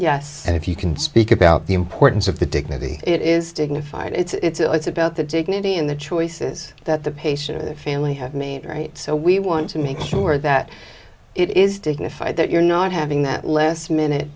yes and if you can speak about the importance of the dignity it is dignified it's about the dignity in the choices that the patient and the family have made right so we want to make sure that it is dignified that you're not having that less minute